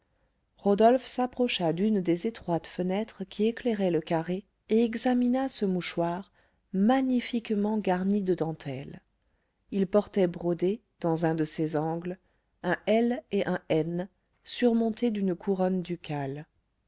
rodolphe s'approcha d'une des étroites fenêtres qui éclairaient le carré et examina ce mouchoir magnifiquement garni de dentelles il portait brodés dans un de ses angles un l et un n surmontés d'une couronne ducale